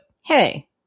hey